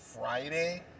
Friday